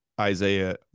Isaiah